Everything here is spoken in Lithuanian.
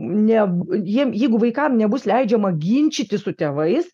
ne jiem jeigu vaikam nebus leidžiama ginčytis su tėvais